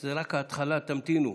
זאת רק ההתחלה, תמתינו.